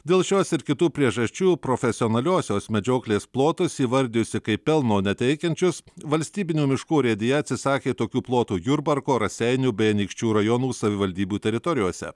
dėl šios ir kitų priežasčių profesionaliosios medžioklės plotus įvardijusi kaip pelno neteikiančius valstybinių miškų urėdija atsisakė tokių plotų jurbarko raseinių bei anykščių rajonų savivaldybių teritorijose